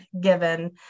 given